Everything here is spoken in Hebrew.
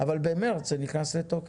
אבל במרץ זה נכנס לתוקף.